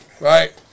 Right